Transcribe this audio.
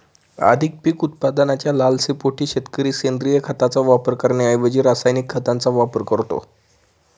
अधिक पीक उत्पादनाच्या लालसेपोटी शेतकरी सेंद्रिय खताचा वापर करण्याऐवजी रासायनिक खतांचा वापर करतो